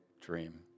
dream